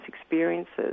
experiences